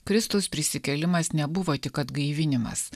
kristaus prisikėlimas nebuvo tik atgaivinimas